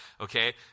Okay